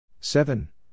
Seven